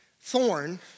thorn